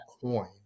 coin